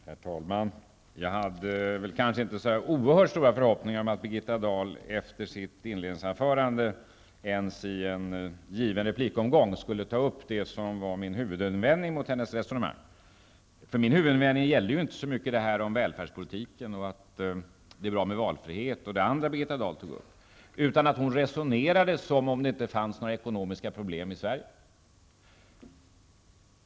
Herr talman! Jag hade kanske inte så oerhört stora förhoppningar om att Birgitta Dahl efter sitt inledningsanförande ens i en given replikomgång skulle ta upp det som var min huvudinvändning mot hennes resonemang. Min huvudinvändning gällde nämligen inte så mycket välfärdspolitiken, att det är bra med valfrihet och det andra som Birgitta Dahl tog upp. Hon resonerade som om det inte fanns några ekonomiska problem i Sverige.